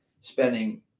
spending